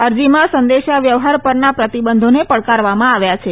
અરજીમાં સંદેશા વ્યવહાર પરના પ્રતિબંધોને પડકારવામાં આવ્યા છે